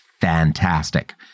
fantastic